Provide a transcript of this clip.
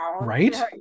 right